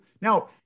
Now